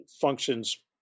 functions